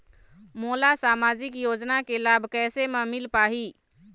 मोला सामाजिक योजना के लाभ कैसे म मिल पाही?